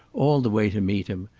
all the way to meet him,